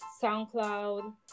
SoundCloud